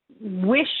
wish